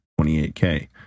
28K